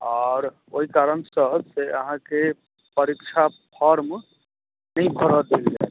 आओर ओहि कारणसँ से अहाँके परीक्षा फॉर्म नहि भरल देल जायत